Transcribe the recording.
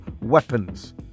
weapons